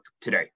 today